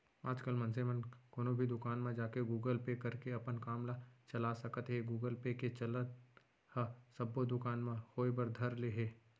आजकल मनसे मन कोनो भी दुकान म जाके गुगल पे करके अपन काम ल चला सकत हें गुगल पे के चलन ह सब्बो दुकान म होय बर धर ले हे